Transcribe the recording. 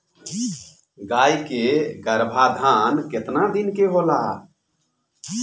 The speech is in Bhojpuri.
गाय के गरभाधान केतना दिन के होला?